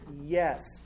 yes